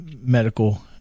medical